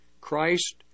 Christ